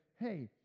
hey